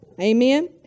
Amen